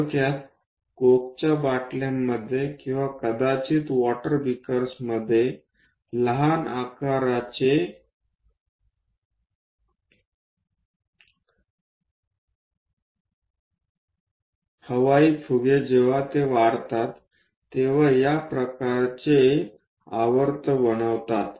थोडक्यात कोकच्या बाटल्यांमध्ये किंवा कदाचित वॉटर बीकर्समध्ये लहान आकाराचे हवाई फुगे जेव्हा ते वाढतात तेव्हा ते या प्रकारचे आवर्त बनवतात